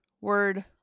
word